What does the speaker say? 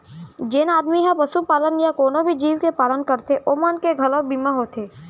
जेन आदमी ह पसुपालन या कोनों भी जीव के पालन करथे ओ मन के घलौ बीमा होथे